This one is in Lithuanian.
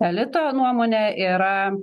elito nuomone yra